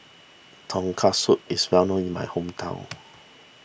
Tonkatsu is well known in my hometown